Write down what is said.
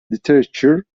literature